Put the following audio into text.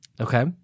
Okay